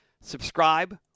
subscribe